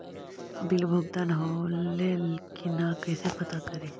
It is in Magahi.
बिल भुगतान होले की न कैसे पता करी?